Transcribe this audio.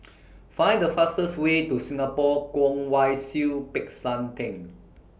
Find The fastest Way to Singapore Kwong Wai Siew Peck San Theng